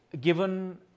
given